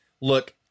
Look